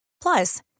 Plus